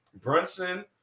brunson